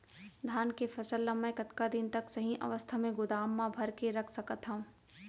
धान के फसल ला मै कतका दिन तक सही अवस्था में गोदाम मा भर के रख सकत हव?